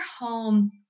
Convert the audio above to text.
home